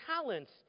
talents